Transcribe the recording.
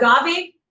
agave